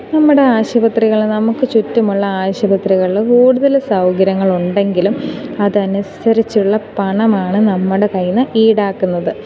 നമ്മുടെ ആശുപത്രികൾ നമുക്ക് ചുറ്റുമുള്ള ആശുപത്രികളിൽ കൂടുതൽ സൗകര്യങ്ങൾ ഉണ്ടെങ്കിലും അതനുസരിച്ചുള്ള പണമാണ് നമ്മുടെ കയ്യിൽ നിന്ന് ഈടാക്കുന്നത്